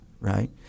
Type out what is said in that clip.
Right